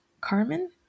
Carmen